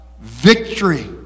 victory